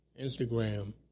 Instagram